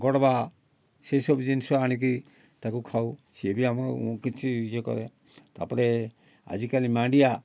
ଗଡ଼ବା ସେସବୁ ଜିନିଷ ଆଣିକି ତା'କୁ ଖାଉ ସେ ବି ଆମକୁ କିଛି ଇଏ କରେ ତା'ପରେ ଆଜିକାଲି ମାଣ୍ଡିଆ